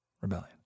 rebellion